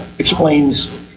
Explains